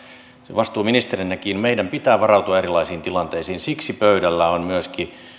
vastuuministerinäkin pitää varautua erilaisiin tilanteisiin siksi pöydällä on